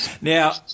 Now